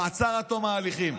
מעצר עד תום ההליכים.